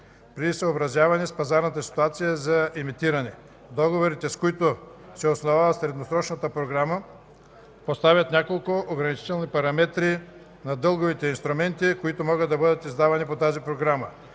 при съобразяване с пазарната ситуация за емитиране. Договорите, с които се основава средносрочната програма, поставят няколко ограничителни параметри на дълговите инструменти, които могат да бъдат издавани по тази програма.